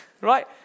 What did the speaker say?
Right